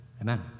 Amen